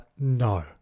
no